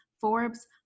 Forbes